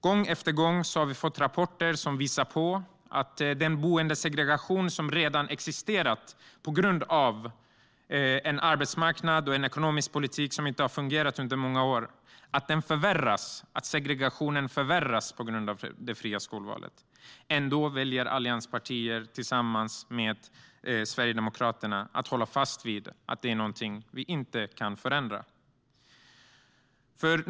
Gång på gång har vi fått rapporter som visar att den boendesegregation som redan existerar på grund av en arbetsmarknad och en ekonomisk politik som inte har fungerat på många år nu förvärras på grund av det fria skolvalet. Ändå väljer allianspartierna tillsammans med Sverigedemokraterna att hålla fast vid att detta inte ska förändras.